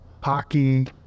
hockey